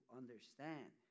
understand